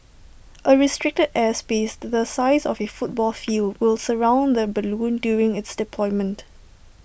A restricted airspace the size of A football field will surround the balloon during its deployment